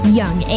young